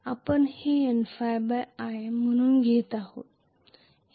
आपण हे Nϕ i म्हणून घेत आहोत